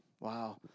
Wow